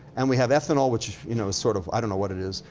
and we have ethanol, which you know is sort of, i don't know what it is,